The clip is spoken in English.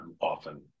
often